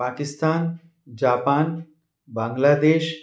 Pakistan Japan Bangladesh